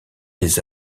les